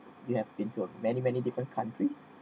you have been to uh many many different countries